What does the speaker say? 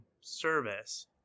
service